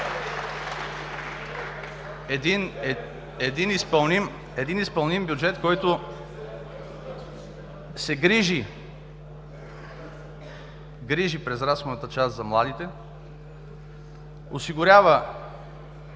един изпълним бюджет, който се грижи през разходната част за младите, осигурява,